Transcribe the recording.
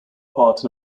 part